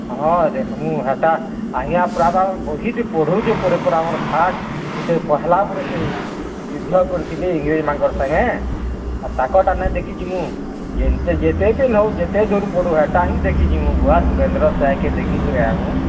ହଁ ଦେଖ୍ମୁ ହେଟା ଆଜ୍ଞା ପୁରା ଆମେ ବହିଥି ପଢ଼ୁଛୁଁ ପରେ ପରେ ଆମର୍ ଫାର୍ଷ୍ଟ୍ ପହେଲା ପରେ ସେ ଯୁଦ୍ଧ କରିଥିଲେ ଇଂରେଜ୍ମାନଙ୍କ ସାଙ୍ଗେ ଆଉ ତାଙ୍କର୍'ଟା ନାଇ ଦେଖିଯିମୁ ଯେନ୍ ଯେନ୍ତି ଯେତେ ଦିନ୍ ହେଉ ଯେତେ ଦୂର୍ ପଡ଼ୁ ହେଟା ହିଁ ଦେଖିଯିମୁ ବୁଆ ସୁରେନ୍ଦ୍ର ସାଏକେ ଦେଖିକରି ଆଏମୁ